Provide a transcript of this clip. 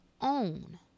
own